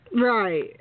Right